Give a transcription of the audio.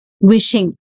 wishing